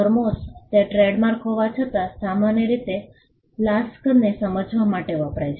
thermos તે trademark હોવા છતાં સામાન્ય રીતે ફ્લાસ્કને સમજવા માટે વપરાય છે